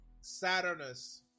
Saturnus